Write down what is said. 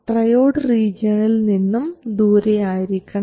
triode റീജിയണിൽ നിന്നും ദൂരെയായിരിക്കണം